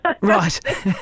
Right